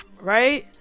right